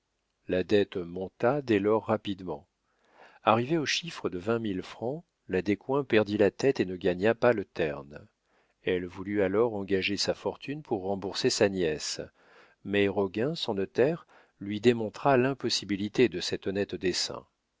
la dette monta dès lors rapidement arrivée au chiffre de vingt mille francs la descoings perdit la tête et ne gagna pas le terne elle voulut alors engager sa fortune pour rembourser sa nièce mais roguin son notaire lui démontra l'impossibilité de cet honnête dessein